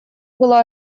было